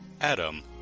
adam